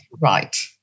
Right